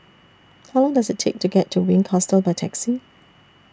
How Long Does IT Take to get to Wink Hostel By Taxi